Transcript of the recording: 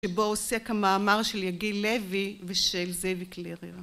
שבו עוסק המאמר של יגיל לוי ושל זאביק ליר...